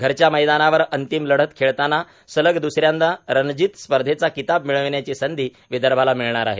घरच्या मैदानावर अंतिम लढत खेळतांना सलग द्स यांदा रणजीत स्पर्धेचा किताब मिळविण्याची संधी विदर्भाला मिळणार आहे